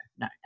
No